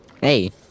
Hey